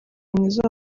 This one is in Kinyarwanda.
mwiza